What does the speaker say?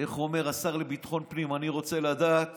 איך אומר השר לביטחון פנים, אני רוצה לדעת